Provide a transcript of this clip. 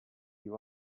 you